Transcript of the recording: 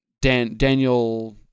Daniel